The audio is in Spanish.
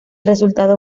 resultado